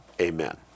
Amen